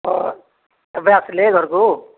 ହଁ ଏବେ ଆସିଲେ ଘରକୁ